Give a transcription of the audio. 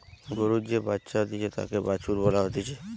গরুর যে বাচ্চা হতিছে তাকে বাছুর বলা হতিছে